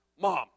mom